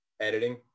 editing